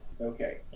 Okay